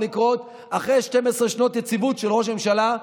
לקרות אחרי 12 שנות יציבות של ראש ממשלה,